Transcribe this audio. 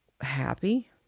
happy